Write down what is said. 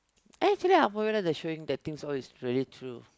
eh actually Haw-Par-Villa they are showing the things all is really true